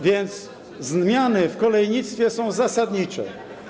więc zmiany w kolejnictwie są zasadnicze.